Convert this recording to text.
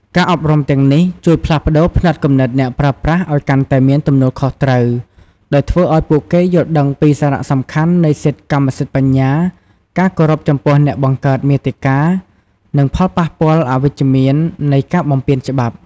ការអប់រំទាំងនេះជួយផ្លាស់ប្តូរផ្នត់គំនិតអ្នកប្រើប្រាស់ឱ្យកាន់តែមានទំនួលខុសត្រូវ ដោយធ្វើឱ្យពួកគេយល់ដឹងអំពីសារៈសំខាន់នៃសិទ្ធិកម្មសិទ្ធិបញ្ញា ការគោរពចំពោះអ្នកបង្កើតមាតិកា និងផលប៉ះពាល់អវិជ្ជមាននៃការបំពានច្បាប់។